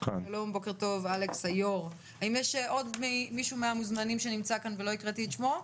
כי כן במחצית הראשונה של השנה עשינו עוד הוראת שעה,